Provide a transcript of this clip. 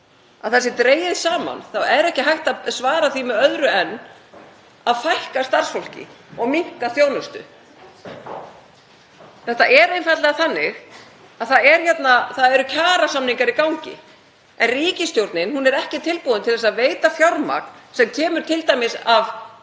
það sé dregið saman þá er ekki hægt að svara því með öðru en að fækka starfsfólki og minnka þjónustu. Þetta er einfaldlega þannig að það eru kjarasamningar í gangi en ríkisstjórnin er ekki tilbúin til að veita fjármagn sem kemur t.d. af